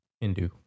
Hindu